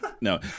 No